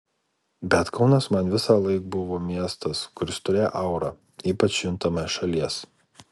bet kaunas man visąlaik buvo miestas kuris turėjo aurą ypač juntamą iš šalies